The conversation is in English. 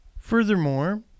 Furthermore